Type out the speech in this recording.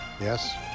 yes